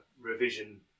revision